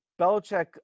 Belichick